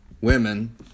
women